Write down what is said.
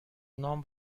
نام